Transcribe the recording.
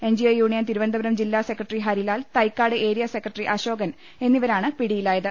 NGO union Thiruvananthapuram ജില്ലാ secretary Harilal Thycaud area secretary Ashokan എന്നിവരാണ് പിടിയി ലായത്